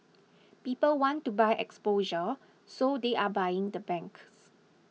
people want to buy exposure so they're buying the banks